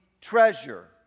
treasure